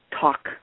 talk